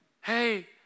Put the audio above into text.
Hey